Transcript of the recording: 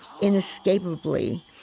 inescapably